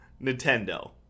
nintendo